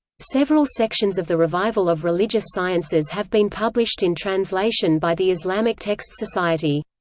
several sections of the revival of religious sciences have been published in translation by the islamic texts society.